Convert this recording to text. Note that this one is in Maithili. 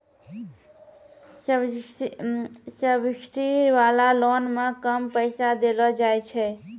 सब्सिडी वाला लोन मे कम पैसा देलो जाय छै